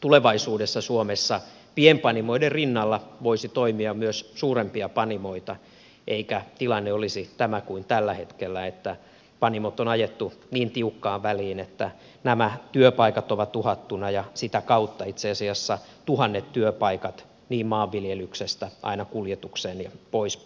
tulevaisuudessa suomessa pienpanimoiden rinnalla voisi toimia myös suurempia panimoita eikä tilanne olisi tämä kuin tällä hetkellä että panimot on ajettu niin tiukkaan väliin että nämä työpaikat ovat uhattuina ja sitä kautta itse asiassa tuhannet työpaikat maanviljelyksestä aina kuljetukseen ja niin poispäin